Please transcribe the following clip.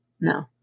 No